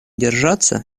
держаться